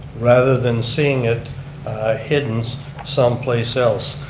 rather then seeing it hidden someplace else.